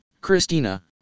Christina